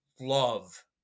love